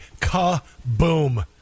kaboom